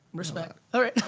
respect, alright.